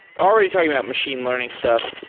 already talking about machine learning stuff,